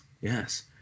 yes